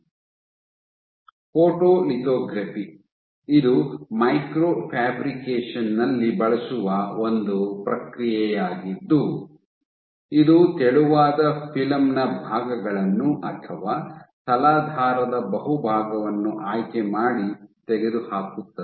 photolithography ಇದು microfabrication ನಲ್ಲಿ ಬಳಸುವ ಒಂದು ಪ್ರಕ್ರಿಯೆಯಾಗಿದ್ದು ಇದು ತೆಳುವಾದ ಫಿಲ್ಮ್ನ ಭಾಗಗಳನ್ನು ಅಥವಾ ತಲಾಧಾರದ ಬಹುಭಾಗವನ್ನು ಆಯ್ಕೆಮಾಡಿ ತೆಗೆದುಹಾಕುತ್ತದೆ